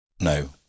No